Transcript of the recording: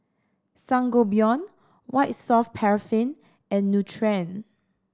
Sangobion White Soft Paraffin and Nutren